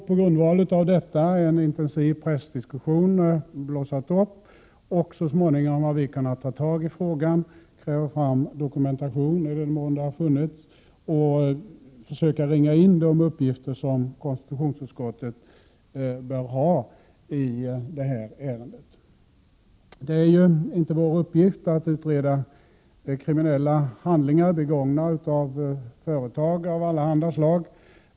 På grund av detta blossade en intensiv pressdiskussion upp. Så småningom kunde vi ta tag i frågan, få fram dokumentation — i den mån sådan har funnits — och ringa in de uppgifter som konstitutionsutskottet bör ha i ärendet. Det är inte vår uppgift att utreda kriminella handlingar begångna av företagare av olika slag.